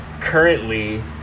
currently